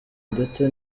ndetse